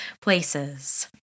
places